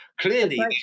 Clearly